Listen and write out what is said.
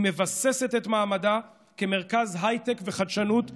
היא מבססת את מעמדה כמרכז הייטק וחדשנות בין-לאומי,